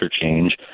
change